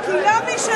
בבקשה.